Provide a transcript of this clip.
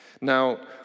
Now